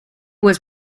was